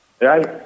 right